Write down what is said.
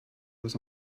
was